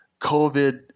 COVID